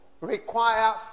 require